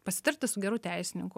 pasitarti su geru teisininku